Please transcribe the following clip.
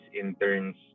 interns